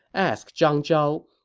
ask zhang zhao.